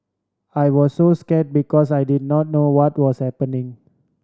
I was so scare because I did not know what was happening